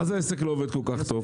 מה זה העסק לא עובד כל-כך טוב?